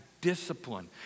discipline